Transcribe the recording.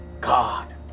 God